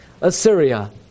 Assyria